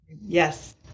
Yes